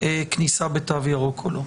כניסה בתו ירוק או לא.